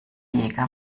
jäger